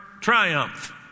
triumph